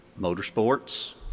motorsports